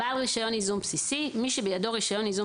"בעל רישיון ייזום בסיסי" מי שבידו רישיון ייזום